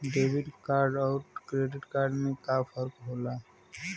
Debit card अउर credit card में का फर्क होला?